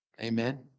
Amen